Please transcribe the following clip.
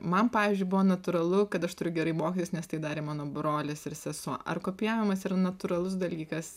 man pavyzdžiui buvo natūralu kad aš turiu gerai mokytis nes tai darė mano brolis ir sesuo ar kopijavimas yra natūralus dalykas